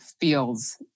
feels